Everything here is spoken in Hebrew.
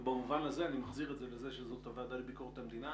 ובמובן הזה אני מחזיר את זה לזה שזאת הוועדה לביקורת המדינה,